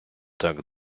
так